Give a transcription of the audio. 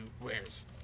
wears